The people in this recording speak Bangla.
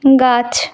গাছ